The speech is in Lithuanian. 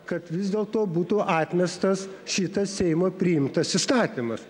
kad vis dėlto būtų atmestas šitas seimo priimtas įstatymas